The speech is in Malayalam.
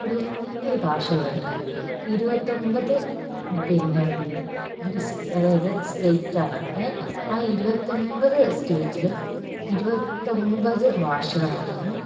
ഇവിടെ ഒത്തിരി ഭാഷകളുണ്ട് ഇരുപത്തൊൻപത് പിന്നെ ദിസ് അതായത് സ്റ്റേറ്റാണ് ഏ ആ ഇരുപത്തൊൻപത് സ്റ്റേറ്റിലും ഇരുപത്തൊൻപത് ഭാഷകളാണ്